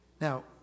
Now